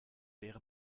wäre